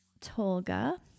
Tolga